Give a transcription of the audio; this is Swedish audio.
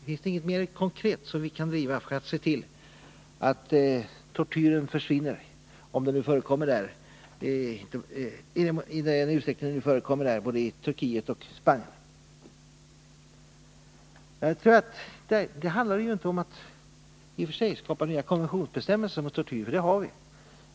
Finns det inget mer konkret som vi kan driva för att se till att tortyren försvinner i den utsträckning den förekommer både i Turkiet och i Spanien? Det handlar i och för sig inte om att skapa nya konventionsbestämmelser mot tortyr — sådana finns.